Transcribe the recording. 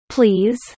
Please